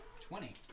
Twenty